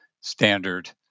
standard